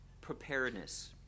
preparedness